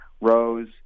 rose